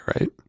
right